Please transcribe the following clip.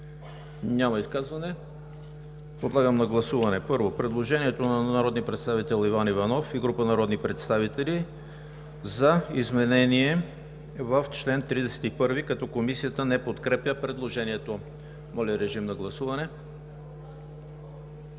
Няма. Подлагам на гласуване първо предложението на народния представител Иван Иванов и група народни представители за изменение в чл. 31, като Комисията не подкрепя предложението. Гласували 103